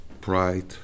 pride